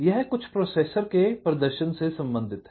यह कुछ प्रोसेसर के प्रदर्शन से संबंधित है